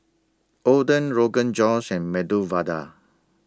Oden Rogan Josh and Medu Vada